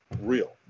real